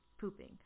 pooping